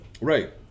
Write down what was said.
Right